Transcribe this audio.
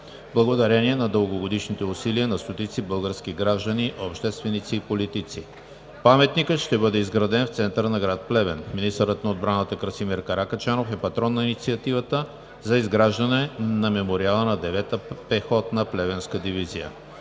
благодарение на дългогодишните усилия на стотици български граждани, общественици и политици. Паметникът ще бъде изграден в центъра на град Плевен. Министърът на отбраната Красимир Каракачанов е патрон на инициативата за изграждане на мемориала на Девета пехотна плевенска дивизия.